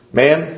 man